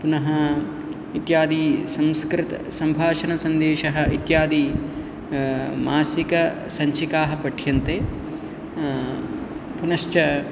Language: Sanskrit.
पुनः इत्यादि संस्कृतसम्भाषणसन्देशः इत्यादि मासिकसञ्चिकाः पठ्यन्ते पुनश्च